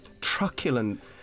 truculent